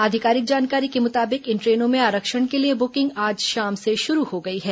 आधिकारिक जानकारी के मुताबिक इन ट्रेनों में आरक्षण के लिए बुकिंग आज शाम से शुरू हो गई है